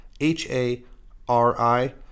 h-a-r-i